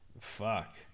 fuck